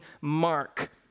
mark